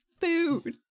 food